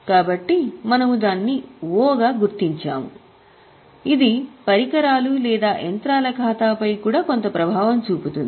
కాబట్టి మనము దానిని O గా గుర్తించాము ఇది పరికరాలు లేదా యంత్రాల ఖాతాపై కూడా కొంత ప్రభావం చూపుతుంది